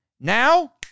Now